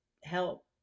help